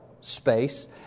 space